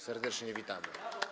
Serdecznie witamy.